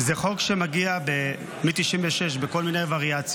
זה חוק שמ-9619 מגיע בכל מיני וריאציות.